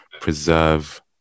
preserve